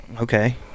okay